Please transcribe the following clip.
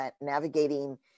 navigating